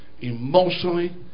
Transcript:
emotionally